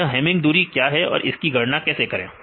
तो यह हेमिंग दूरी क्या है और इसकी गणना कैसे करें